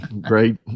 great